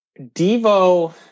Devo